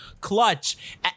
Clutch